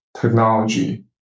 technology